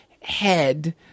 head